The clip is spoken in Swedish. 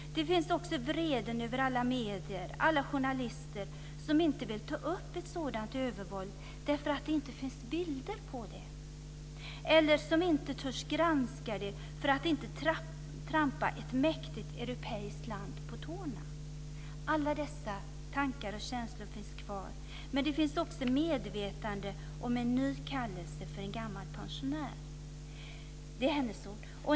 Där finns också vreden över alla medier, alla journalister, som inte vill ta upp ett sådant övervåld därför att det inte finns bilder på det, eller som inte törs granska det för att inte trampa ett mäktigt europeiskt land på tårna. Alla dessa tankar och känslor finns kvar. Men där finns också medvetandet om en ny kallelse för en gammal pensionär.